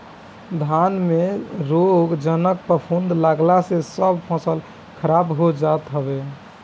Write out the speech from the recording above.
धान में रोगजनक फफूंद लागला से सब फसल खराब हो जात हवे